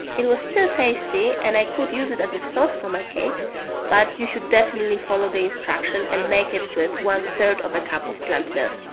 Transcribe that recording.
it was still tasty and i could use it as a sauce for my cake but you should definitely follow the instruction and make it with one three sort of a cup of plant milk.